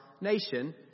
nation